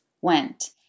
went